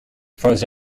first